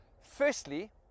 Firstly